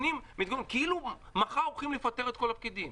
כאילו מחר הולכים לפטר את כל הפקידים.